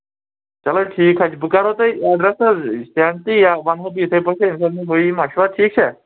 چلو ٹھیٖک حظ چھُ بہٕ کرو تۄہہِ اٮ۪ڈرَس حظ سینٛڈ تہٕ یا وَنو بہٕ یِتھَے پٲٹھۍ اگر مےٚ ہُہ یہِ مشورٕ ٹھیٖک چھا